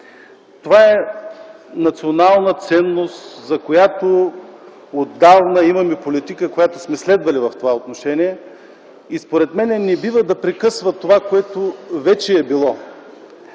Това е национална ценност, за която отдавна имаме политика, която сме следвали в това отношение и според мен не бива да се прекъсва това, което вече е било.